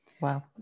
Wow